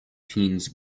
teens